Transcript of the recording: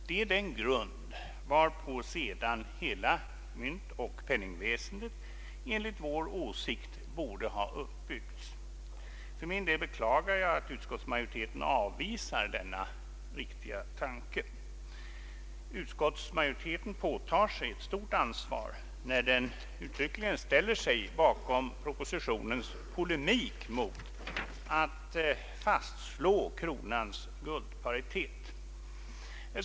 Det är den grund varpå sedan hela myntoch penningväsendet enligt vår åsikt borde ha uppbyggts. För min del beklagar jag att utskotts Ang. rikets mynt, m.m. majoriteten avvisar denna riktiga tanke. Utskottsmajoriteten påtar sig ett stort ansvar när den uttryckligen ställer sig bakom propositionens polemik mot att fastslå kronans guldparitet.